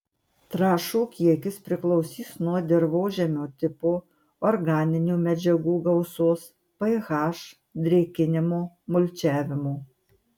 trąšų kiekis priklausys nuo dirvožemio tipo organinių medžiagų gausos ph drėkinimo mulčiavimo